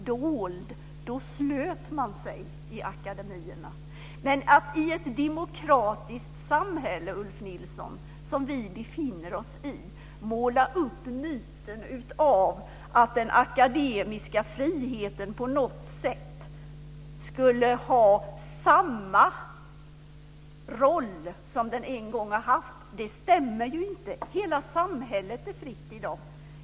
Då slöt man sig i akademierna. Men att i ett demokratiskt samhälle, Ulf Nilsson, som vi befinner oss i måla upp myten av att den akademiska friheten på något sätt skulle ha samma roll som den en gång har haft stämmer inte. Hela samhället är fritt i dag.